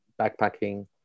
backpacking